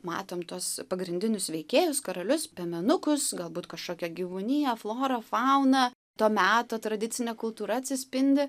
matom tuos pagrindinius veikėjus karalius piemenukus galbūt kažkokią gyvūniją florą fauną to meto tradicinė kultūra atsispindi